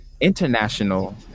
international